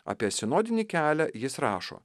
apie sinodinį kelią jis rašo